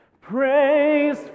Praise